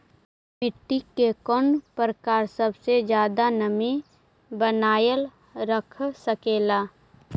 मिट्टी के कौन प्रकार सबसे जादा नमी बनाएल रख सकेला?